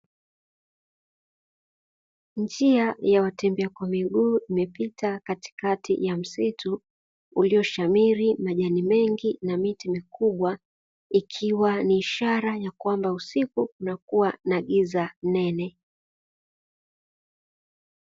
Njia ya watembea kwa miguu imepita katikati ya msitu, ulioshamiri majani mengi na miti mikubwa, ikiwa ni ishara ya kwamba usiku kunakuwa na giza nene.